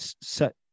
set